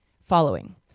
Following